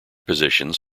positions